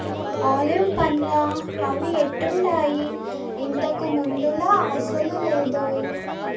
olive పండ్లా అవి ఎట్టుండాయి, ఇంతకు ముందులా అసలు లేదోయ్